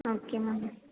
okay ma'am